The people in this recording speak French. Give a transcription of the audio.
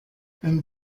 une